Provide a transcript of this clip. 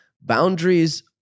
Boundaries